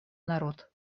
народ